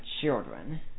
children